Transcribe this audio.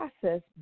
process